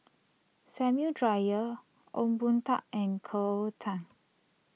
Samuel Dyer Ong Boon Tat and Cleo Thang